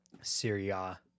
syria